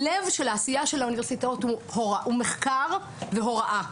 לב העשייה של האוניברסיטאות הוא מחקר והוראה.